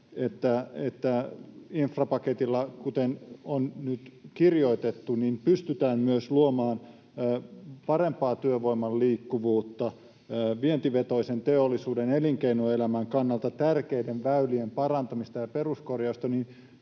että infrapaketilla, kuten on nyt kirjoitettu, pystytään myös luomaan parempaa työvoiman liikkuvuutta, vientivetoisen teollisuuden ja elinkeinoelämän kannalta tärkeiden väylien parantamista ja peruskorjausta,